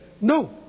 No